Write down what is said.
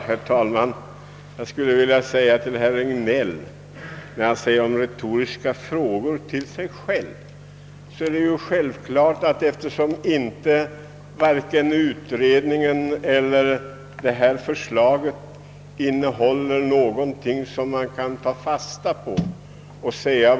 Herr talman! Jag skulle vilja säga till herr Regnéll, att om man här ställer retoriska frågor eller frågor till sig själv, så är detta självklart beroende på att varken utredningen eller förslaget innehåller någonting som man kan ta fasta på.